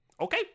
okay